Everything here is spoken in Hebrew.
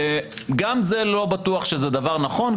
וגם זה לא בטוח שזה דבר נכון,